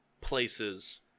places